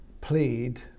plead